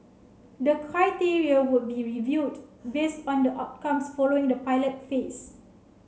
the criteria would be reviewed based on the outcomes following the pilot phase